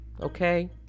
okay